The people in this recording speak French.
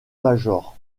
major